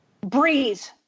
Breeze